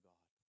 God